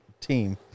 team